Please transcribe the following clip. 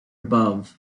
above